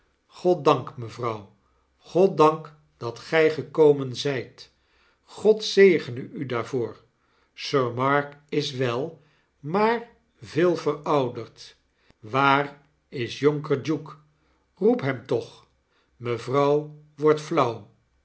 goddank mevrouw goddank dat g j gekomen zp god zegene u daarvoor sir mark is wel maar veel verouderd waar is jonker duke roep hem toch mevrouw wordt flauw